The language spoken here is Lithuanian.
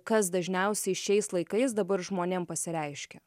kas dažniausiai šiais laikais dabar žmonėm pasireiškia